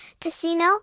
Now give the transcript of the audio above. casino